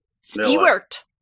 Stewart